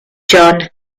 john